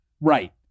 Right